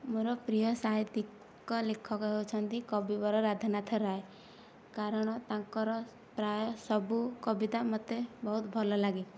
ମୋର ପ୍ରିୟ ସାହିତ୍ୟିକ ଲେଖକ ହେଉଛନ୍ତି କବିବର ରାଧାନାଥ ରାଏ କାରଣ ତାଙ୍କର ପ୍ରାୟ ସବୁ କବିତା ମୋତେ ବହୁତ ଭଲ ଲାଗେ